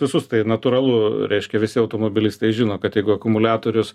visus tai natūralu reiškia visi automobilistai žino kad jeigu akumuliatorius